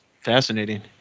fascinating